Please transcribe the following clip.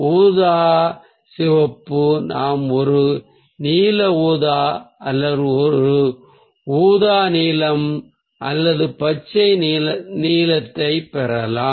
ஊதா சிவப்பு நீல ஊதா அல்லது ஒரு ஊதா நீலம் அல்லது பச்சை நீலத்தையும் பெறலாம்